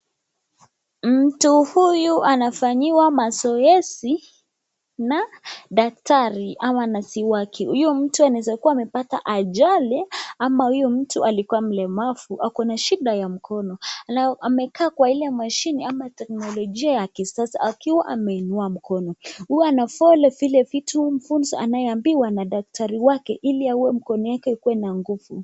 Mtu huyu anafanyiwa mazoezi na daktari ama nurse wake. Huyu mtu anaweza kuwa amepata ajali ama huyu mtu alikuwa mlemavu ako na shida ya mkono. Amekaa kwa ile mashine ama teknolojia ya kisasa akiwa ameinua mkono. Huwa ana follow zile vitu mfunzo anayeambiwa na daktari wake ili awe mkono wake ukuwe na nguvu.